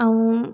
ऐं